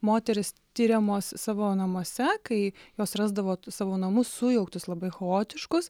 moterys tiriamos savo namuose kai jos rasdavo savo namus sujauktus labai chaotiškus